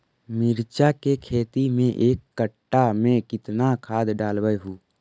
मिरचा के खेती मे एक कटा मे कितना खाद ढालबय हू?